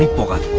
boy